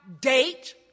date